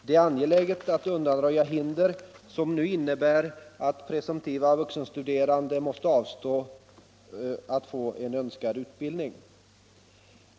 Det är angeläget att undanröja hinder som nu innebär att presumtiva vuxenstuderande måste avstå från att få önskad utbildning.